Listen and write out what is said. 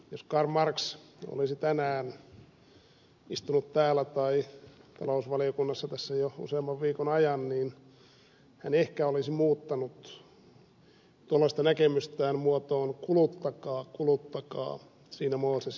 jos karl marx olisi tänään istunut täällä tai talousvaliokunnassa tässä jo useamman viikon ajan niin hän ehkä olisi muuttanut tuolloista näkemystään muotoon kuluttakaa kuluttakaa siinä mooses ja profeetat